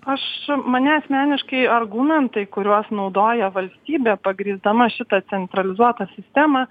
aš mane asmeniškai argumentai kuriuos naudoja valstybė pagrįsdama šita centralizuota sistema